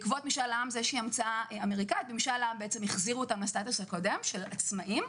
איזו המצאה אמריקאית שבעקבותיו החזירו אותם לסטטוס הקודם של עצמאים.